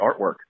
artwork